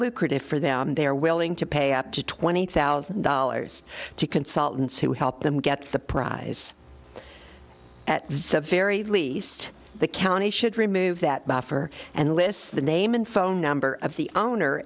lucrative for them they are willing to pay up to twenty thousand dollars to consultants who help them get the prize at the very least the county should remove that buffer and lists the name and phone number of the owner